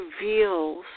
reveals